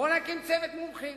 בוא ונקים צוות מומחים.